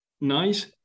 nice